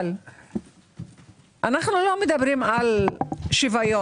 אבל אנו לא מדברים על שוויון.